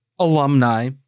alumni